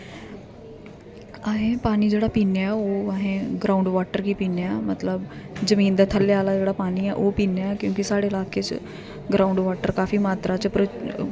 असें पानी जेह्ड़ा पीने आं ओह् असें ग्रांउड वॉटर ई पीने आं मतलब जमीन दे थल्ले आह्ला जेह्ड़ा पानी ऐ ओह् पीने आं क्योंकि साढ़े इलाके च ग्रांउड वॉटर काफी मात्रा च